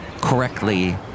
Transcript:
correctly